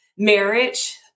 marriage